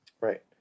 Right